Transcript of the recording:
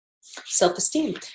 Self-esteem